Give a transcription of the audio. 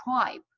tribe